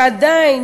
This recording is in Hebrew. ועדיין,